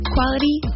Quality